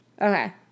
Okay